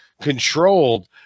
controlled